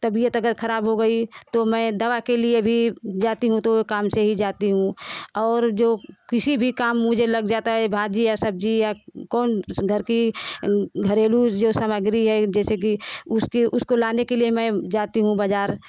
तबियत अगर खराब हो गई तो मैं दबा के लिये भी जाती हूँ तो काम से ही जाती हूँ और जो किसी भी काम मुझे लग जाता हैं भाजी या सब्जी कौन घर की घरेलू जो सामग्री है जैसे कि उस को लाने के लिए मैं जाती हूँ बाज़ार